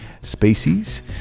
species